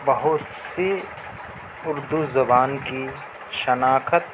بہت سی اردو زبان کی شناخت کا